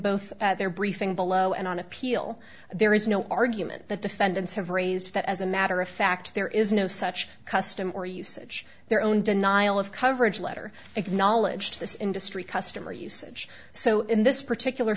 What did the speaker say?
both their briefing below and on appeal there is no argument the defendants have raised that as a matter of fact there is no such custom or usage their own denial of coverage letter acknowledged this industry customer usage so in this particular